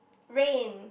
rain